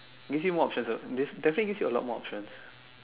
gives you more options ah def~ definitely gives you a lot more options